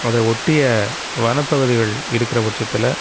அதை ஒட்டிய வனப்பகுதிகள் இருக்கிற பச்சத்தில்